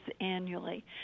annually